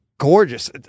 gorgeous